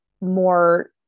more